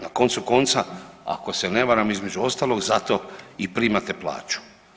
Na koncu konca, ako se ne varam, između ostalog, zato i primate plaću.